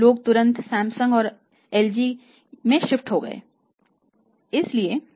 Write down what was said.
लोग तुरंत सैमसंग और एलजी में शिफ्ट हो गए